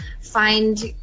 find